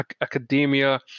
academia